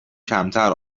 کمتر